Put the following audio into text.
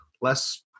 less